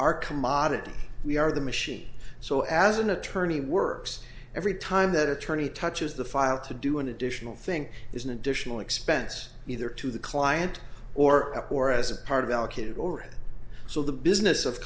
are commodities we are the machine so as an attorney works every time that attorney touches the file to do an additional thing is an additional expense either to the client or up or as a part of allocated or so the business of